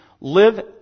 live